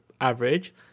average